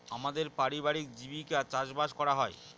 আমাদের পারিবারিক জীবিকা চাষবাস করা হয়